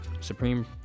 supreme